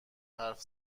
حرف